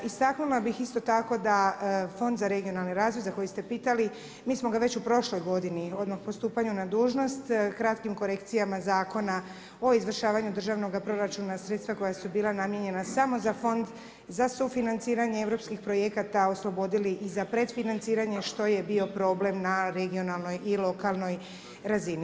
Istaknula bih isto tako da Fond za regionalni razvoj za koji ste pitali, mi smo ga već u prošloj godini odmah po stupanju na dužnost, kratkim korekcijama zakona o izvršavanju državnoga proračuna sredstva koja su bila namijenjena samo za fond za sufinanciranje europskih projekata, oslobodili i za predfinanciranje što je bio problem na regionalnoj i lokalnoj razini.